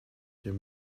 den